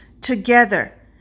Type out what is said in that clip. together